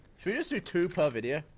shall we just do two per video?